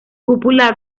cúpula